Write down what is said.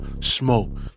smoke